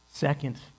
Second